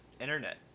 internet